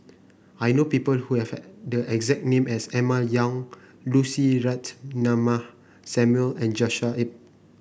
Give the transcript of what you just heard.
I know people who have the exact name as Emma Yong Lucy Ratnammah Samuel and Joshua Ip